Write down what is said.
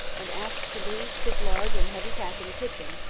and asked to leave his large and heavy pack in the kitchen,